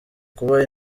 kuba